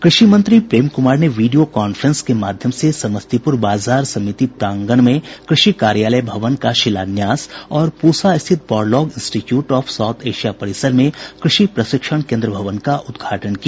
कृषि मंत्री प्रेम कुमार ने वीडियो कांफ्रेंस के माध्यम से समस्तीपुर बाजार समिति प्रांगण में कृषि कार्यालय भवन का शिलान्यास और पूसा स्थित Borlaug institute of South Asia परिसर में कृषि प्रशिक्षण केंद्र भवन का उद्घाटन किया